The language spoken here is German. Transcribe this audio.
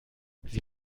sie